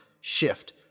shift